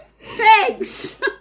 Thanks